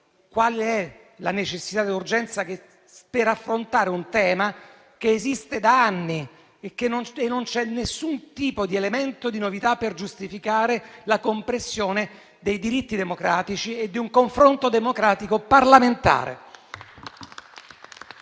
qual è la necessità e quale l'urgenza di affrontare un tema che esiste da anni, senza che vi sia alcun tipo di elemento di novità per giustificare la compressione dei diritti democratici e di un confronto democratico parlamentare.